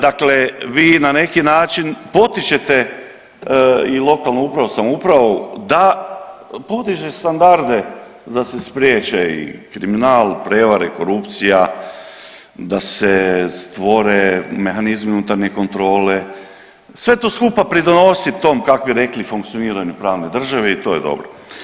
Dakle, vi na neki način potičete i lokalnu upravu i samoupravu da podiže standarde da se spriječe i kriminal, prijevare, korupcija, da se stvore mehanizmi unutarnje kontrole, sve to skupa pridonosi tom kak bi rekli funkcioniranju pravne države i to je dobro.